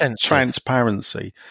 Transparency